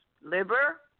liver